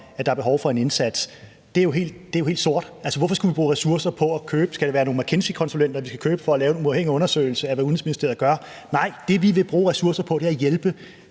at der er behov for en indsats, er jo helt sort. Skulle vi bruge ressourcer på at købe nogle McKinseykonsulenter for at lave en uafhængig undersøgelse af, hvad Udenrigsministeriet gør? Nej, det, vi vil bruge ressourcer på, er at hjælpe